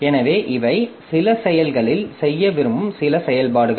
எனவே இவை சில செயல்களில் செய்ய விரும்பும் சில செயல்பாடுகள்